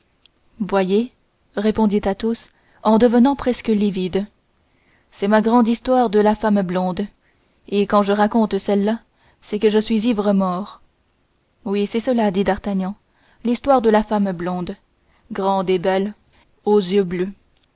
voyez répondit athos en devenant presque livide c'est ma grande histoire de la femme blonde et quand je raconte celle-là c'est que je suis ivre mort oui c'est cela dit d'artagnan l'histoire de la femme blonde grande et belle aux yeux bleus